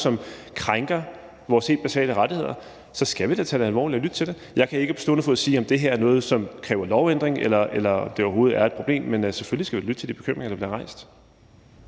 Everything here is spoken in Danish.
som krænker vores helt basale rettigheder, så skal vi da tage det alvorligt og lytte til det. Jeg kan ikke på stående fod sige, om det her er noget, som kræver en lovændring, eller om det overhovedet er et problem, men selvfølgelig skal vi lytte til de bekymringer, der bliver rejst.